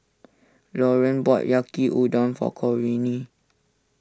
Laureen bought Yaki Udon for Corinne